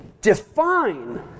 define